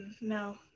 no